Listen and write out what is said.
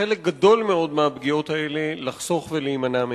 חלק גדול מאוד מהפגיעות האלה אפשר לחסוך ולהימנע מהן.